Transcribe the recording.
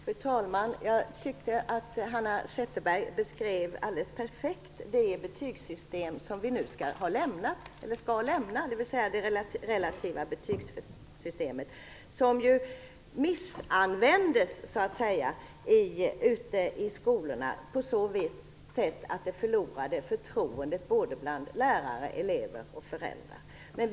Fru talman! Jag tycker att Hanna Zetterberg alldeles perfekt beskrev det betygssystem som vi nu skall lämna, dvs. det relativa betygssystemet. Det användes på fel sätt ute i skolorna. Både lärare, elever och föräldrar förlorade förtroendet för det.